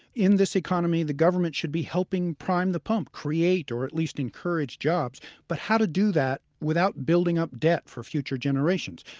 in this economy the government should be helping prime the pump, create or at least encourage jobs, but how to do that without building up debt for future generations?